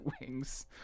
wings